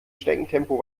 schneckentempo